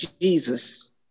Jesus